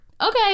okay